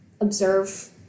observe